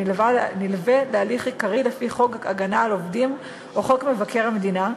הנלווה להליך עיקרי לפי חוק הגנה על עובדים או חוק מבקר המדינה,